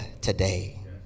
today